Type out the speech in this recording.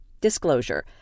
Disclosure